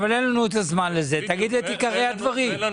אין לנו זמן לזה עכשיו, תגיד את עיקרי הדברים.